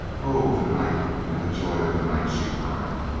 oh, the night and the joy of the night! she cried.